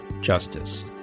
justice